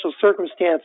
circumstances